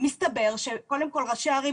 מסתבר שראשי הערים